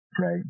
Right